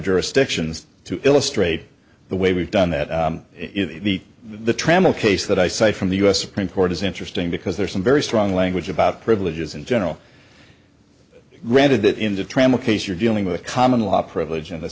jurisdictions to illustrate the way we've done that in the the trammel case that i cite from the u s supreme court is interesting because there are some very strong language about privileges in general granted that into trammell case you're dealing with a common law privilege and the